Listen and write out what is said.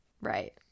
Right